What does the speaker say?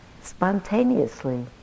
spontaneously